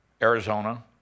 Arizona